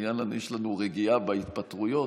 יש לנו רגיעה בהתפטרויות,